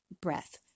breath